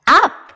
up